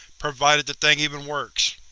provided the thing even works.